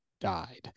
died